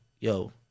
yo